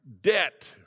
debt